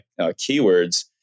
keywords